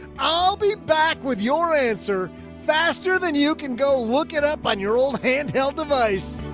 i'll be back with your answer faster than you can go. look it up on your old handheld device.